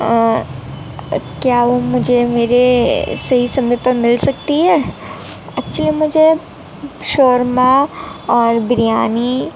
کیا وہ مجھے میرے صحیح سمئے پر مل سکتی ہے ایکچولی مجھے شورما اور بریانی